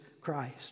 Christ